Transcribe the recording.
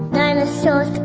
dinosaurs